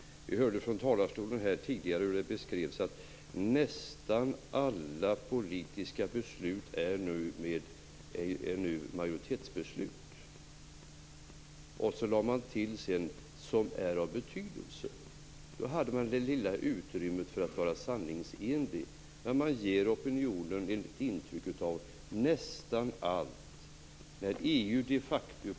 Vi hörde från talarstolen tidigare beskrivningen att nästan alla politiska beslut nu är majoritetsbeslut. Sedan lade man till att det gällde alla beslut som är av betydelse. Där fick man utrymme att vara sanningsenlig. Man ger opinionen ett intryck av att det gäller nästan allt.